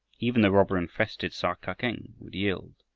even the robber-infested sa-kak-eng would yield,